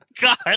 God